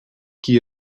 qui